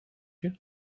you